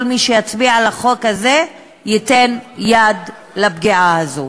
כל מי שיצביע לחוק הזה ייתן יד לפגיעה הזו.